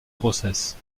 grossesse